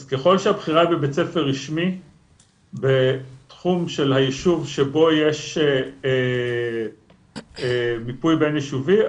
אז ככל שהבחירה בבית ספר רשמי בתחום של היישוב שבו יש מיפוי בין-יישובי,